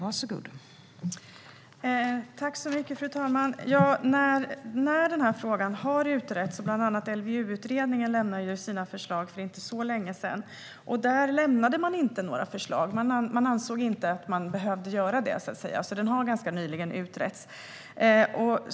Fru talman! Frågan har utretts. Bland andra LVU-utredningen lämnade sina förslag för inte så länge sedan. Då lämnade man inte några sådana här förslag, för man ansåg inte att man behövde göra det. Frågan har alltså ganska nyligen utretts.